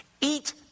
Eat